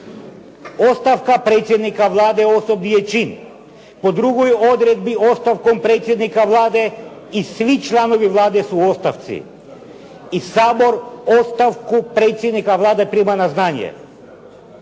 Ostavka predsjednika Vlade osobni je čin. Po drugoj odredbi ostavkom predsjednika Vlade i svi članovi Vlade su u ostavci. I Sabor ostavku predsjednika Vlade prima na znanje.